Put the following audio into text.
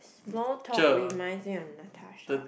more talk remind me on Natasha